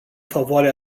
favoarea